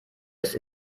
ist